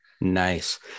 nice